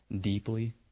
deeply